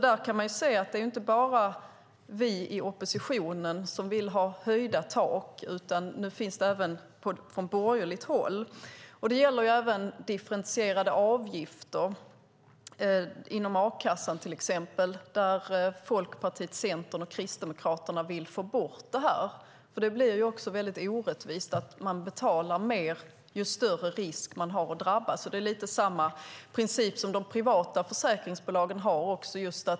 Man kan se att det inte bara är vi i oppositionen som vill ha höjda tak, utan nu finns även den uppfattningen från borgerligt håll. Det gäller även differentierade avgifter inom till exempel a-kassan. Folkpartiet, Centern och Kristdemokraterna vill få bort det. Det blir väldigt orättvist att man betalar mer ju större risk man har att drabbas. Det är lite samma princip som de privata försäkringsbolagen har.